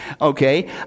Okay